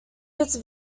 its